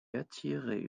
attirer